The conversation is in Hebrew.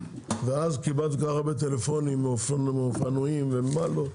ואז קיבלתי כל כך הרבה טלפונים מאופנועים, ומה לא.